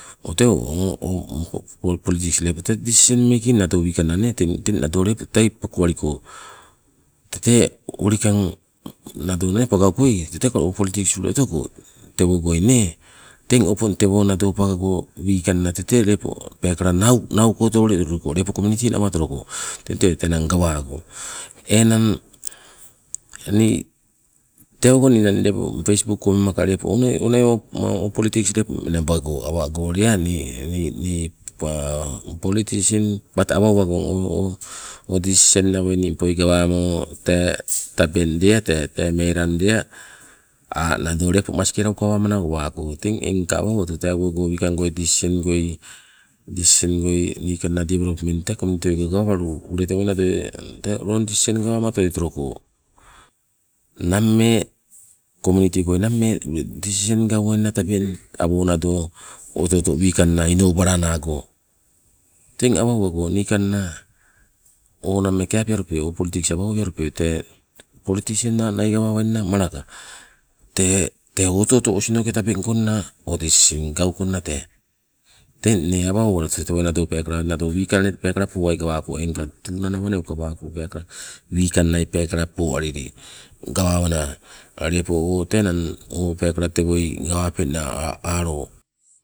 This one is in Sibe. Ote o- o- o- politiks lepo tee decision making nado wikanna teng nado lepo tei pakuwaliko, tete ulikang nado nee teteka ule o politiks otoko teng opong tewo nado pagago wikanna tete lepo peekala nau, nauko tatoloi toloko lepo kominiti nawa otoloko teng te tee enang gawako. Enang ni tewago ninang facebook koka mema lepo onai onai o politiks lepo menabago awago lea ni politisen bat awa owagong o- o- o decision awoi ningpoi gawamo tee tabeng lea tee melang lea aa nado lepo maskela ukawamanawa owago, teng engka awa owatu tee awogoi wikangoi disisen goi, disisen goi niikanna development tee kominiti koi gawalawaluko ule tewoi nadoi tee wrong disisen gawama otoloi toloko. Nammee kominiti goi nammee ule decision gauwainna tabeng, awo nado oto oto wikanna inobalanago, teng awa owago niikanna o nammeeke apealupe o politiks awa owealupe tee politisens naa nai gawawainna malaka tee, tee oto oto osinoke tabeng balawainna o disisen gaukonna tee. Teng inne awa owalatu nado wikang nai pekala poai gawako engka tuna nawa uwako peekala, wikang nai peekala poalili gawawana lepo tee enang o peekala tewoi gawapengna alo.